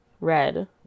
red